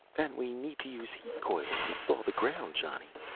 and we need to use heat-coils to thaw the ground, johnny,